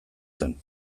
zen